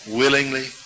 willingly